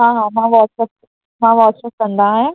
हा हा मां वाट्सअप मां वाट्सअप कंदा आहे